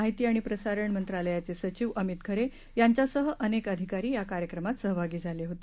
माहिती आणि प्रसारण मंत्रालयाचे सचिव अभित खरे यांच्यासह अनेक अधिकारी या कार्यक्रमात सहभागी झाले होते